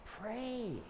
pray